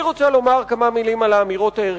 אני רוצה לומר כמה מלים על האמירות הערכיות,